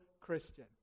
Christian